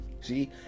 See